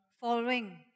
following